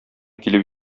килеп